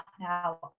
now